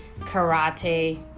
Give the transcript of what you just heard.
karate